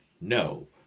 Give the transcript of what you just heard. No